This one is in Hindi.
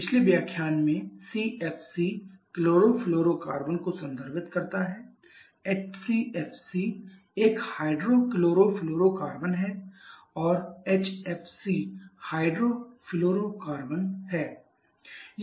पिछले व्याख्यान में सीएफसी क्लोरोफ्लोरोकार्बन को संदर्भित करता है एचसीएफसी एक हाइड्रोक्लोरोफ्लोरोकार्बन है और एचएफसी हाइड्रो फ्लोरोकार्बन है